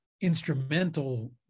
instrumental